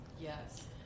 Yes